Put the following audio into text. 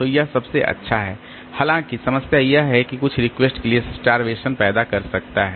तो यह सबसे अच्छा है हालांकि समस्या यह है कि यह कुछ रिक्वेस्ट के लिए स्टार्वेशन पैदा कर सकता है